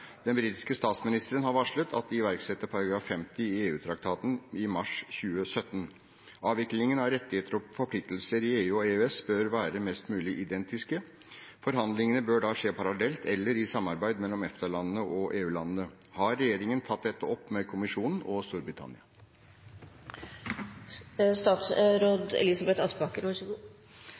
Den britiske statsministeren har varslet at de iverksetter § 50 i EU-traktaten i mars 2017. Avviklingen av rettigheter og forpliktelser i EU og EØS bør være mest mulig identiske. Forhandlingene bør da skje parallelt eller i samarbeid mellom EFTA-landene og EU-landene. Har regjeringen tatt dette opp med kommisjonen og